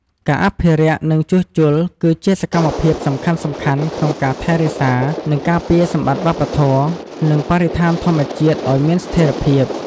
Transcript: ការអភិរក្ស និងជួសជុល គឺជាសកម្មភាពសំខាន់ៗក្នុងការថែរក្សា និងការពារសម្បត្តិវប្បធម៌ និងបរិស្ថានធម្មជាតិឱ្យមានស្ថេរភាព។